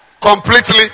Completely